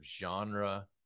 genre